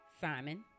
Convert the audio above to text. Simon